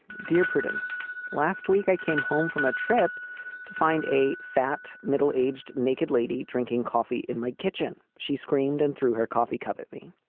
dear prudence. last week i came home from a trip to find a fat, middle aged naked lady drinking coffee in my kitchen. she screamed and threw her coffee cup at me.